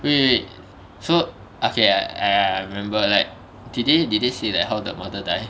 wait wait wait so okay I I remember like did they did they say like how the mother die